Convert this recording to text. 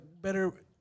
better